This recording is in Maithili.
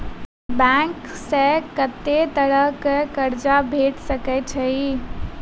बैंक सऽ कत्तेक तरह कऽ कर्जा भेट सकय छई?